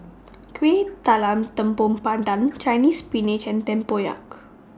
Kueh Talam Tepong Pandan Chinese Spinach and Tempoyak